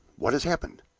what has happened?